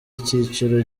icyiciro